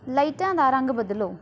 ਲਾਈਟਾਂ ਦਾ ਰੰਗ ਬਦਲੋ